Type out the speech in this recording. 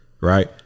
Right